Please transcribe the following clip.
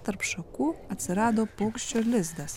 tarp šakų atsirado paukščio lizdas